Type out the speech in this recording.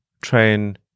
train